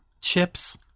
Chips